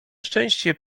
szczęście